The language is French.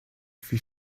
fut